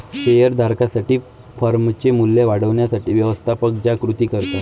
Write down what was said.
share धारकांसाठी फर्मचे मूल्य वाढवण्यासाठी व्यवस्थापक ज्या कृती करतात